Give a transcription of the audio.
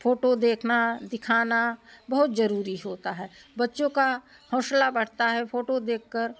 photo देखना दिखाना बहुत ज़रूरी होता है बच्चों का हौंसला बढ़ता है फ़ोटो देखकर